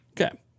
Okay